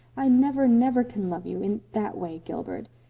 i never, never can love you in that way gilbert.